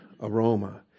aroma